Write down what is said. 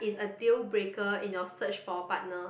the deal breaker in your search for partner